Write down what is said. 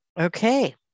Okay